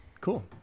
cool